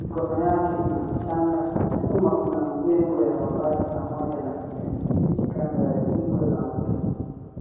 Mikono yake ina mchanga na nyuma kuna mjengo ya mabati pamoja na kijani kibichi kando ya kingo za mto.